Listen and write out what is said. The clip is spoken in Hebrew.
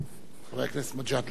חבר הכנסת מג'אדלה, בבקשה.